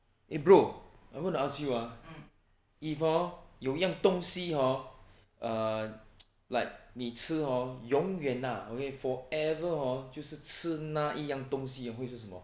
eh bro I want to ask you ah if hor 有样东西 hor err like 你吃 hor 永远 lah okay forever hor 就是吃那一样东西会是什么